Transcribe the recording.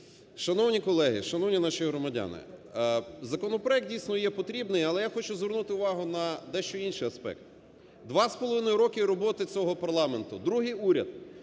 Шановні колеги, шановні наші громадяни, законопроект, дійсно, є потрібний, але я хочу звернути увагу на дещо інший аспект. Два з половиною роки роботи цього парламенту, другий уряд,